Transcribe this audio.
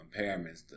impairments